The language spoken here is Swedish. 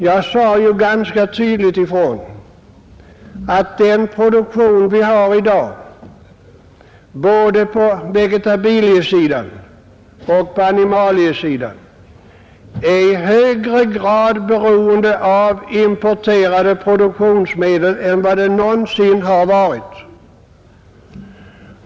Jag sade ju ganska tydligt ifrån att den produktion vi har i dag — både på vegetabiliesidan och på animaliesidan — är i högre grad beroende av importerade produktionsmedel än vad den någonsin har varit.